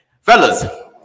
Fellas